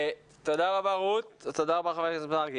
תודה רבה רות, תודה רבה ח"כ מרגי.